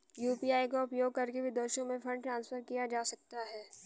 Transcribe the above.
UPI का उपयोग करके विदेशों में फंड ट्रांसफर किया जा सकता है?